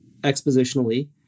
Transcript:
expositionally